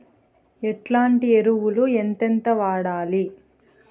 ఎట్లాంటి ఎరువులు ఎంతెంత వాడాలి?